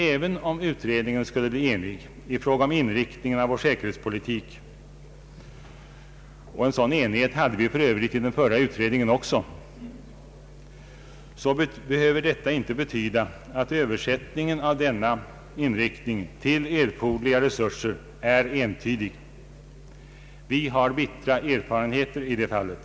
även om utredningen skulle bli enig i fråga om inriktningen av vår säkerhetspoltik — och en sådan enighet hade vi för övrigt i den förra utredningen också — så behöver det inte betyda att översättningen av denna inriktning till erforderliga resurser är entydig. Vi har bittra erfarenheter i det fallet.